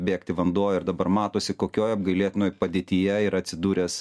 bėgti vanduo ir dabar matosi kokioj apgailėtinoj padėtyje yra atsidūręs